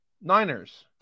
Niners